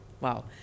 wow